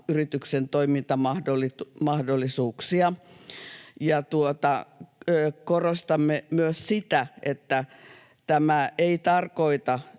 yrityksen toimintamahdollisuuksia. Korostamme myös sitä, että tämä ei tarkoita,